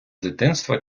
дитинства